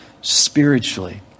spiritually